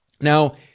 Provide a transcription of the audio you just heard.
Now